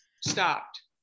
stopped